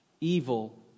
Evil